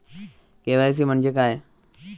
KYC म्हणजे काय?